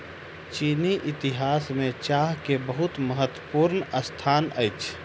चीनी इतिहास में चाह के बहुत महत्वपूर्ण स्थान अछि